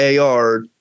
AR